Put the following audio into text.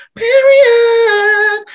period